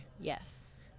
yes